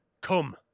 Come